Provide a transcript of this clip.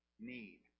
need